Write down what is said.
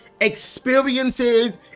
experiences